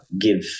give